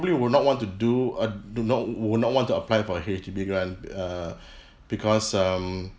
probably will not want to do uh do not will not want to apply for a H_D_B grant err because um